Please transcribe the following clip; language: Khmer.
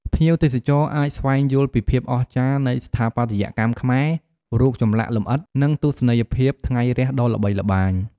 ភ្ញៀវទេសចរអាចស្វែងយល់ពីភាពអស្ចារ្យនៃស្ថាបត្យកម្មខ្មែរ រូបចម្លាក់លម្អិត និងទស្សនីយភាពថ្ងៃរះដ៏ល្បីល្បាញ។